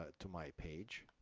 ah to my page